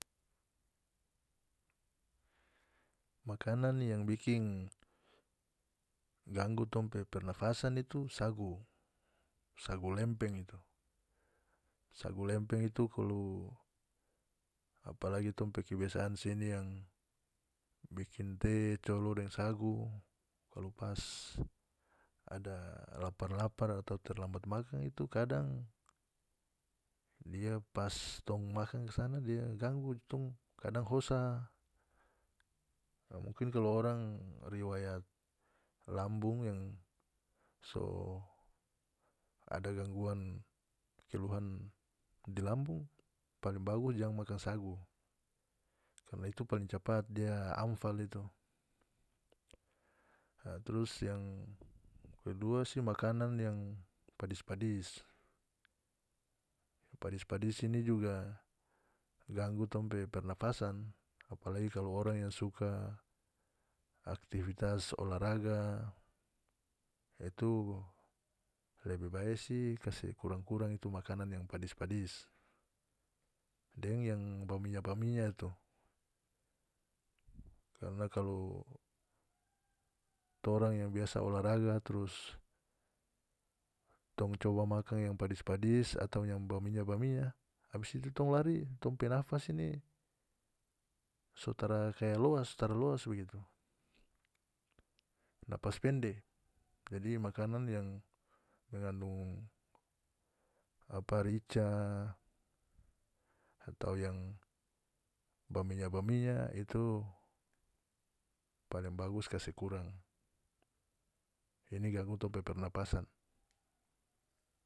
Makanan yang bikin ganggu tong pe pernapasan itu sagu sagu lempeng itu sagu lempeng itu kalu apalagi tong pe kebiasaan sini yang bikin teh colo deng sagu kalu pas ada lapar-lapar atau terlambat makan itu kadang dia pas tong makan kasana dia ganggu tong kadang hosa ya mungkin kalu orang riwayat lambung yang so ada gangguan keluhan di lambung paling bagus jangan makan sagu karna itu paling capat dia anfal itu a trus yang kedua si makanan yang padis-padis padis-padis ini juga ganggu tong pe pernapasan apalagi kalu orang yang suka aktivitas olahraga a itu lebe bae si kase kurang-kurang itu makanan yang padis-padis deng yang ba minya-minya itu karna kalu torang yang biasa olahraga trus tong coba makan yang padi-padis atau yang ba minya ba minya abis itu tong lari tong pe nafas ini so tara kaya loas so tara loas bagitu napas pende jadi makanan yang mengandung apa rica atau yang ba minya ba minya itu paling bagus kase kurang ini ganggu tong pe pernapasan.